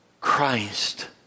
Christ